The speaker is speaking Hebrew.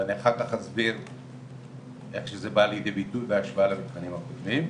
ואני אחר כך אסביר איך זה בא לידי ביטוי בהשוואה למבחנים הקודמים.